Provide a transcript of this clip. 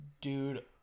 Dude